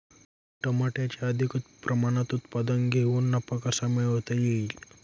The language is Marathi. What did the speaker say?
टमाट्याचे अधिक प्रमाणात उत्पादन घेऊन नफा कसा मिळवता येईल?